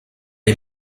est